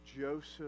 Joseph